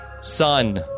Son